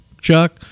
Chuck